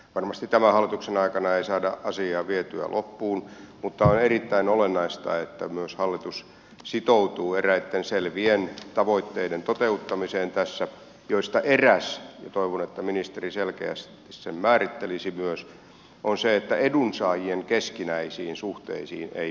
varmasti tämän hallituksen aikana ei saada asiaa vietyä loppuun mutta on erittäin olennaista että myös hallitus sitoutuu eräiden selvien tavoitteiden toteuttamiseen tässä joista eräs ja toivon että ministeri selkeästi sen määrittelisi myös on se että edunsaajien keskinäisiin suhteisiin ei puututa